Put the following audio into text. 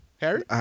Harry